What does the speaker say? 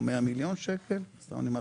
הוא לוקח מהחודש או מהיום וצפונה.